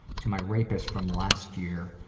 to my rapist from last year,